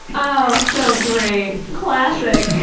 oh, so great. classic.